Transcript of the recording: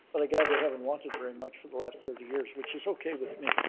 but i gather they haven't wanted very much for the last thirty years which is okay with me.